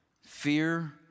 fear